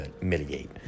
mitigate